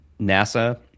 NASA